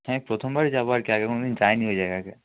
হ্যাঁ প্রথমবার যাব আর কি আগে কোনো দিন যাইনি ওই জায়গাকে